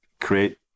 create